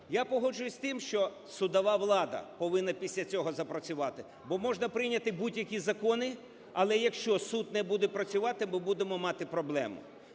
Я погоджуюся з тим, що судова влада повинна після цього запрацювати. Бо можна прийняти будь-які закони, але якщо суд не буде працювати, ми будемо мати проблему.